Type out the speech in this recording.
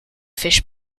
fish